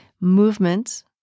movement